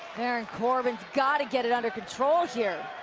baron corbin's got to get it under control here.